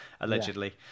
allegedly